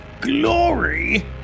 Glory